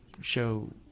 show